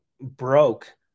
broke